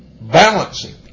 balancing